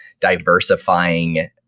diversifying